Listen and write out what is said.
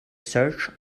surge